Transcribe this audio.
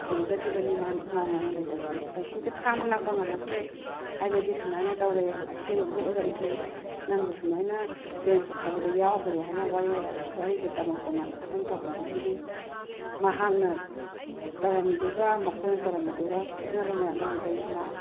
ꯊꯦꯡꯅꯖꯈꯤꯕꯅꯦ ꯃꯥꯅ ꯏꯉꯥꯎ ꯉꯥꯎꯅ ꯂꯩꯖꯕꯗꯒꯤ ꯀꯥꯏꯀꯨꯁꯦ ꯈꯥꯡꯕ ꯂꯥꯛꯄ ꯉꯝꯃꯛꯇ꯭ꯔꯦ ꯍꯥꯏꯕꯗꯤ ꯁꯨꯃꯥꯏꯅ ꯇꯧꯔꯛꯑꯦ ꯑꯁꯦꯡꯕꯁꯨ ꯑꯣꯏꯔꯝꯗ꯭ꯔꯦ ꯅꯪꯕꯨ ꯁꯨꯃꯥꯏꯅ ꯄ꯭ꯂꯦꯟ ꯄꯣꯛꯈꯥꯏꯕꯗ ꯌꯥꯎꯈ꯭ꯔꯦ ꯍꯥꯏꯅ ꯋꯥꯔꯤꯗ ꯇꯝꯃꯛꯇꯅ ꯈꯣꯠꯇꯅ ꯇꯧꯕꯗꯒꯤꯗꯤ ꯃꯍꯥꯛꯅ ꯇꯧꯔꯝꯃꯤꯗꯨꯒ ꯃꯈꯣꯏꯅ ꯇꯧꯔꯝꯃꯤꯗꯨꯒ ꯈꯦꯠꯅꯕ ꯃꯌꯥꯝꯗꯣ ꯎꯕꯗꯒꯤ ꯃꯥ